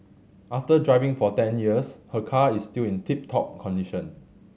after driving for ten years her car is still in tip top condition